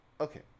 okay